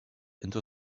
into